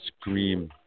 scream